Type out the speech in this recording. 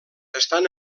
estan